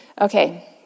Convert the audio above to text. Okay